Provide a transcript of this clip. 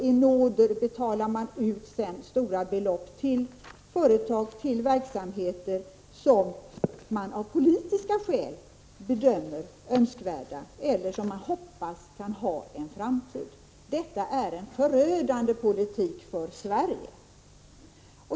I nåder betalar man sedan ut stora belopp till företag och verksamheter som man av politiska skäl bedömer som önskvärda eller hoppas kan ha en framtid. Detta är en förödande politik för Sverige.